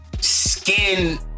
skin